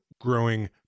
growing